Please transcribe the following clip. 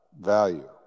value